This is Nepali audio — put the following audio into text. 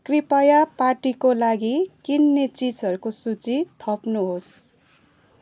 कृपया पार्टीको लागि किन्ने चिजहरूको सूची थप्नुहोस्